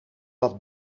dat